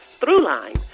Throughline